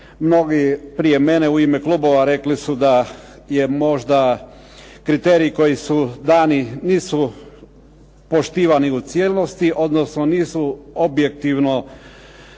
Mnogi prije mene u ime klubova rekli su da je možda kriteriji koji su dani nisu poštivani u cijelosti, odnosno nisu objektivno, nije